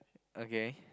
okay